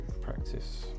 practice